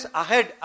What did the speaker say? ahead